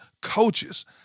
coaches